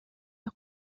los